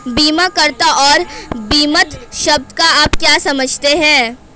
बीमाकर्ता और बीमित शब्द से आप क्या समझते हैं?